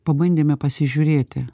pabandėme pasižiūrėti